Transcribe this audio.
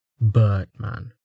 Birdman